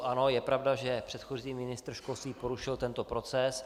Ano je pravda, že předchozí ministr školství porušil tento proces.